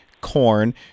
corn